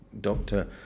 doctor